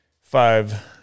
five